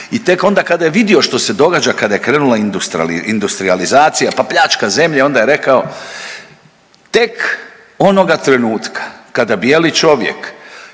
i tek onda kada je vidio što se događa kada je krenula industrijalizacija, pa pljačka zemlje onda je rekao tek onoga trenutka kada bijeli čovjek